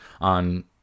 on